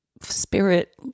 spirit